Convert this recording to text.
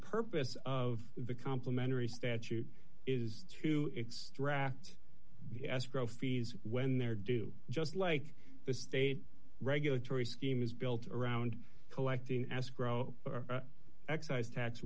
purpose of the complimentary statute is to extract the escrow fees when they're due just like the state regulatory scheme is built around collecting escrow excise tax